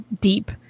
deep